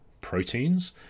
proteins